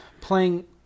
playing